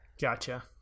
Gotcha